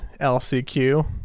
LCQ